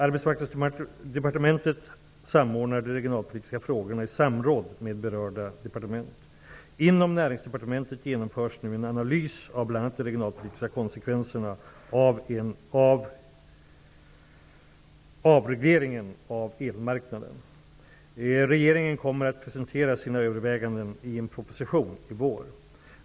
Arbetsmarknadsdepartementet samordnar de regionalpolitiska frågorna i samråd med berörda departement. Inom Näringsdepartementet genomförs nu en analys av bl.a. de regionalpolitiska konsekvenserna av en avreglering av elmarknaden. Regeringen kommer att presentera sina överväganden i en proposition i vår.